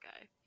guy